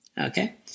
Okay